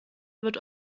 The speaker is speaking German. wird